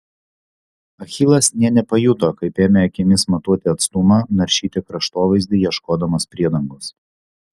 achilas nė nepajuto kaip ėmė akimis matuoti atstumą naršyti kraštovaizdį ieškodamas priedangos